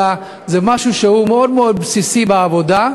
אלא זה משהו שהוא מאוד מאוד בסיסי בעבודה.